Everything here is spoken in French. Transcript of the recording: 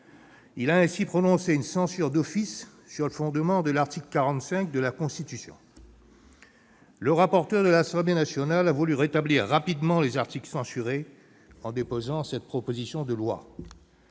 Il a ainsi prononcé une censure d'office sur le fondement de l'article 45 de la Constitution. Le rapporteur de l'Assemblée nationale a voulu rétablir rapidement les articles censurés en déposant cette proposition de loi.